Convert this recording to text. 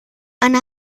eine